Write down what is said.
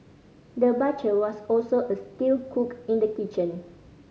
the butcher was also a skilled cook in the kitchen